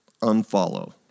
Unfollow